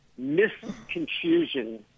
misconfusion